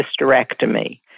hysterectomy